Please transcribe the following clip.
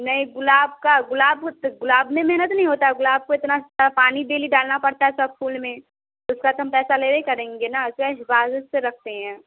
नहीं गुलाब का गुलाब गुलाब होत गुलाब में मेहनत नहीं होता है गुलाब को इतना पानी डेली डालना पड़ता है सब फूल में उसका तो हम पैसा लेवे करेंगे ना हिफाज़त से रखते हैं